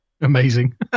Amazing